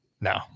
No